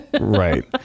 right